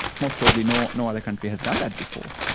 most probably no no other country has done that before.